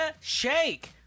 Shake